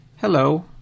hello